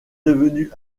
devenue